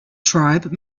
tribe